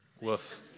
Woof